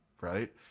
right